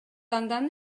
андан